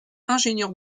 ingénieur